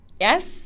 Yes